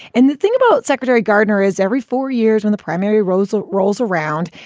and the thing about secretary gardner is every four years when the primary rosell rolls around,